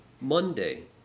Monday